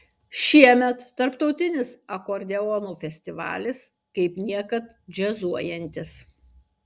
šiemet tarptautinis akordeono festivalis kaip niekad džiazuojantis